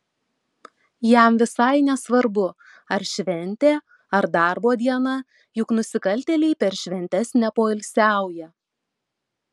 jam visai nesvarbu ar šventė ar darbo diena juk nusikaltėliai per šventes nepoilsiauja